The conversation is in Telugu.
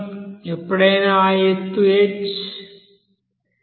ఎప్పుడైనా ఆ ఎత్తు h